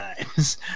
Times